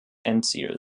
endziel